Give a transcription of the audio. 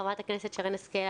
חברת הכנסת שרן השכל,